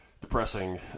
depressing